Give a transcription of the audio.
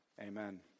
Amen